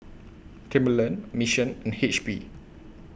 Timberland Mission and H P